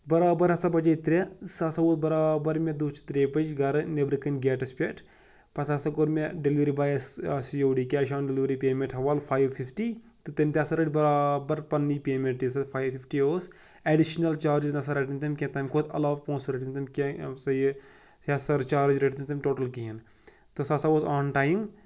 برابر ہسا بَجے ترٛےٚ سُہ ہسا ووت برابر مےٚ دۄہ چھِ ترٛیہِ بَجہِ گرٕ نیٚبرٕ کَنہِ گیٹَس پٮ۪ٹھ پَتہٕ ہسا کوٚر مےٚ ڈیٚلؤری بایَس آو C O D cash on delivery payment حَوال فایِو فِفٹی تہٕ تٔمۍ تہِ ہَسا رٔٹۍ برابر پَنٛنی پیمٮ۪نٛٹ یُس ہَسا فایِو فِفٹی اوس ایٚڈِشنَل چارجِز نہ سا رٔٹِنہٕ تَمہِ کینٛہہ تَمہِ کھۄتہٕ علاوٕ پونٛسہٕ رٔٹۍ نہٕ تٔمۍ کینٛہہ یہ سا یہِ یا سَر چارٕج رٔٹِنہٕ تٔمۍ ٹوٹَل کِہیٖنۍ تہٕ سُہ ہَسا اوس آن ٹایم